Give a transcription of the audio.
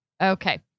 Okay